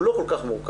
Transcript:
הוא לא כל כך מורכב.